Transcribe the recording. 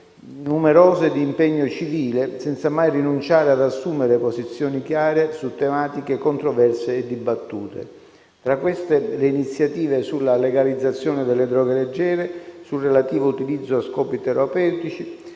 numerose di impegno civile, senza mai rinunciare ad assumere posizioni chiare su tematiche controverse e dibattute. Tra queste, le iniziative sulla legalizzazione delle droghe leggere e sul relativo utilizzo a scopi terapeutici,